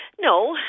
No